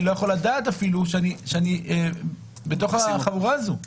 אני לא יכול לדעת אפילו שאני בתוך החבורה הזאת.